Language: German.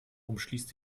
umschließt